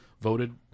voted